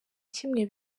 kimwe